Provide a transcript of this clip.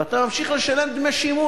ואתה ממשיך לשלם דמי שימוש.